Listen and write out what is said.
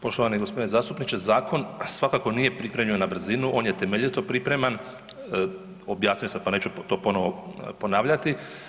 Poštovani g. zastupniče, zakon svakako nije pripremljen na brzinu, on je temeljito pripreman, objasnio sam, pa neću to ponovo ponavljati.